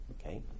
Okay